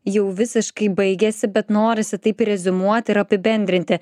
jau visiškai baigėsi bet norisi taip ir reziumuoti ir apibendrinti